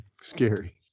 scary